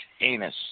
anus